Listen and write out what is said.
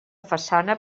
façana